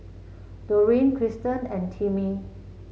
Doreen Krysten and Timmie